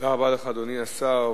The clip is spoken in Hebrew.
תודה רבה, אדוני השר.